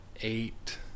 eight